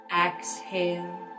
exhale